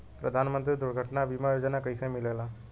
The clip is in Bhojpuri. प्रधानमंत्री दुर्घटना बीमा योजना कैसे मिलेला?